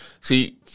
See